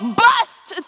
bust